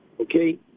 Okay